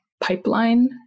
pipeline